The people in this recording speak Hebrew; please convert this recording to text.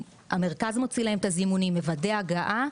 המרכז מוציא להם את הזימונים, מוודא הגעה.